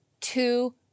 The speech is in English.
two